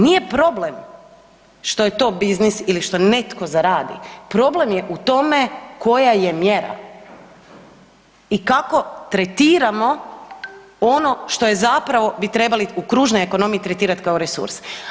Nije problem što je to biznis ili što netko zaradi, problem je u tome koja je mjera i kako tretiramo ono što je zapravo, bi trebali u kružnoj ekonomiji tretirati kao resurs.